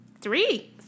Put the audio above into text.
Three